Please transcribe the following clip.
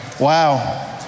Wow